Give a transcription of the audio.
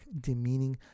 demeaning